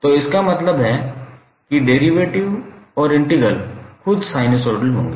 तो इसका मतलब है कि डेरीवेटिव और इंटीग्रल खुद साइनसोइड होंगे